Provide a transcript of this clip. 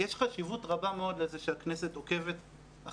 יש חשיבות רבה מאוד לזה שהכנסת עוקבת אחרי